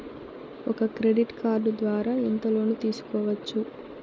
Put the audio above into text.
ఒక credit card ద్వారా ఎంత లోను తీసుకోవచ్చు?